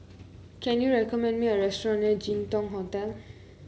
can you recommend me a restaurant near Jin Dong Hotel